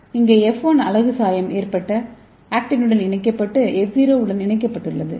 இங்கே F1 அலகு சாயம் ஏற்றப்பட்ட ஆக்டினுடன் இணைக்கப்பட்டு F0 உடன் இணைக்கப்பட்டுள்ளது